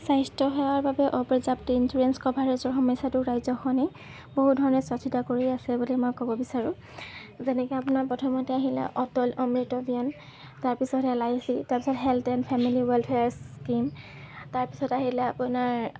স্বাস্থ্যসেৱাৰ বাবে অপৰ্যাপ্ত ইঞ্চুৰেঞ্চ কভাৰেজৰ সমস্যাটো ৰাজ্যখনে বহুধৰণে চৰ্চিতা কৰি আছে বুলি মই ক'ব বিচাৰোঁ যেনেকৈ আপোনাৰ প্ৰথমতে আহিলে অটল অমৃত অভিযান তাৰ পিছত এল আই চি তাৰপিছত health and family welfare scheme তাৰপিছত আহিলে অপোনাৰ